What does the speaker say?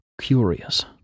curious